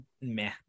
meh